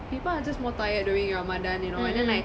people are just more tired during ramadhan you know and then like